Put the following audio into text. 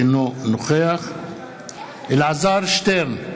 אינו נוכח אלעזר שטרן,